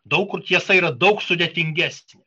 daug kur tiesa yra daug sudėtingesnė